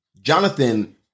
Jonathan